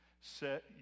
Set